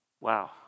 wow